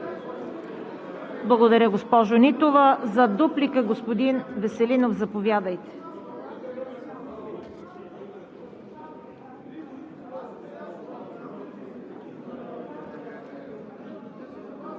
Благодаря, госпожо Нитова. За дуплика – господин Веселинов, заповядайте.